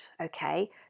okay